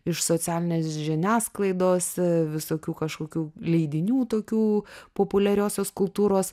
iš socialinės žiniasklaidos visokių kažkokių leidinių tokių populiariosios kultūros